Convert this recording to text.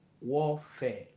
Warfare